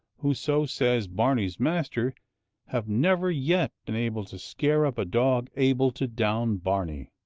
who so says barney's master have never yet been able to scare up a dog able to down barney.